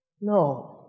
No